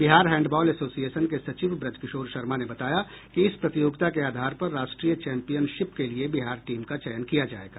Bihar handball association के सचिव ब्रजकिशोर शर्मा ने बताया कि इस प्रतियोगिता के आधार पर राष्ट्रीय चैंपियनशिप के लिए बिहार टीम का चयन किया जायेगा